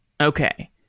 Okay